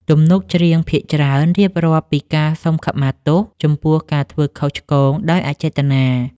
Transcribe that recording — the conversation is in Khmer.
ទំនុកច្រៀងភាគច្រើនរៀបរាប់ពីការសុំខមាទោសចំពោះការធ្វើខុសឆ្គងដោយអចេតនា។